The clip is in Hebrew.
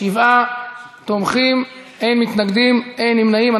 שבעה תומכים, אין מתנגדים ואין נמנעים.